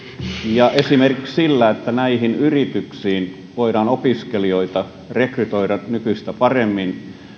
ja esimerkiksi sillä että näihin yrityksiin voidaan opiskelijoita rekrytoida nykyistä paremmin